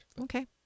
Okay